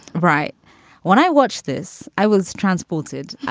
right when i watch this, i was transported.